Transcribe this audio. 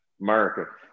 America